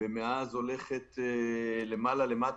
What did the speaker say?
ומאז הולכת למעלה-למטה,